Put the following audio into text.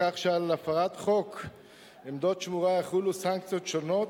כך שעל הפרת חוק עמדות שמירה יחולו סנקציות שונות,